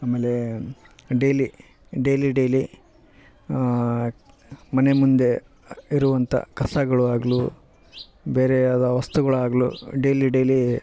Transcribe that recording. ಆಮೇಲೆ daily daily daily ಮನೆ ಮುಂದೆ ಇರುವಂಥ ಕಸಗಳು ಆಗಲು ಬೇರೆ ಯಾವ್ದೆ ವಸ್ತುಗಳಾಗಲು ಡೈಲಿ ಡೈಲಿ